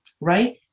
right